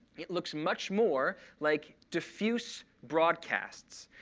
it looks much more like diffuse broadcasts.